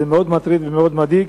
זה מאוד מטריד ומאוד מדאיג.